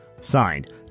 Signed